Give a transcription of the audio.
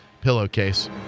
pillowcase